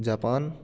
Japan